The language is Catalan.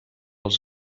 els